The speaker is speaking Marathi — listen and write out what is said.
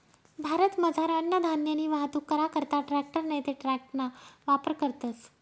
भारतमझार अन्नधान्यनी वाहतूक करा करता ट्रॅकटर नैते ट्रकना वापर करतस